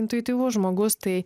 intuityvus žmogus tai